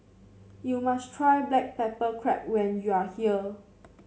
you must try Black Pepper Crab when you are here